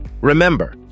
Remember